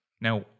Now